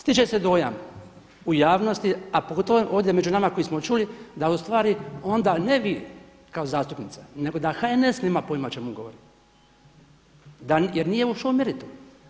Stiče se dojam u javnosti, a pogotovo ovdje među nama koji smo čuli da ustvari onda ne vi kao zastupnica, nego da HNS nema pojma o čemu govori jer nije ušao u meritum.